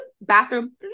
bathroom